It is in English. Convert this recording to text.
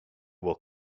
will